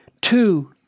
Two